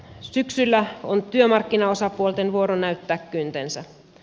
syksyllä on työmarkkinaosapuolten vuoro näyttää kyntensä